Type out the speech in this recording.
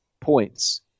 points